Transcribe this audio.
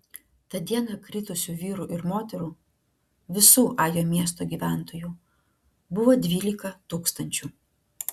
tą dieną kritusių vyrų ir moterų visų ajo miesto gyventojų buvo dvylika tūkstančių